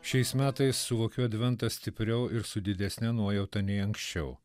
šiais metais suvokiau adventą stipriau ir su didesne nuojauta nei anksčiau